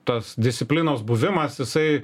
tas disciplinos buvimas jisai